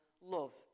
love